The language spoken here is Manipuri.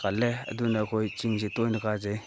ꯀꯜꯂꯦ ꯑꯗꯨꯅ ꯑꯩꯈꯣꯏ ꯆꯤꯡꯁꯦ ꯇꯣꯏꯅ ꯀꯥꯖꯩ